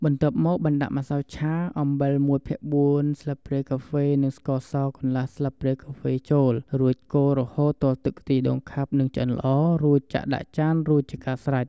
បន្ទាប់មកបានដាក់ម្សៅឆា អំបិលមួយភាគ៤ស្លាបព្រាកាហ្វេ និងស្ករសកន្លះស្លាបព្រាកាហ្វេចូលរូចកូររហូតទាល់ទឹកខ្ទះដូងខាប់និងឆ្អិនល្អរួចចាក់ដាក់ចានរួចជាស្រេច។